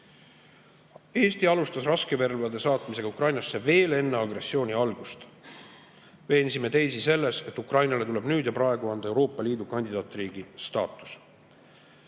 Eesti alustas raskerelvade saatmist Ukrainasse veel enne agressiooni algust. Veensime teisi selles, et Ukrainale tuleb nüüd ja praegu anda Euroopa Liidu kandidaatriigi staatus.